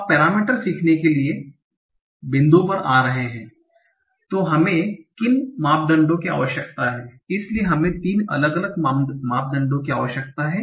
अब पैरामीटर सीखने के बिंदु पर आ रहे हैं तो हमें किन मापदंडों की आवश्यकता है इसलिए हमें 3 अलग अलग मापदंडों की आवश्यकता है